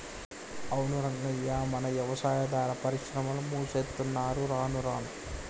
అవును రంగయ్య మన యవసాయాదార పరిశ్రమలు మూసేత్తున్నరు రానురాను